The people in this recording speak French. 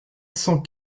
cent